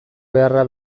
beharra